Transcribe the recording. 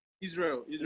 Israel